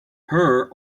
her